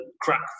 crack